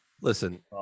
Listen